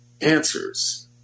answers